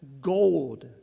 gold